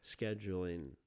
scheduling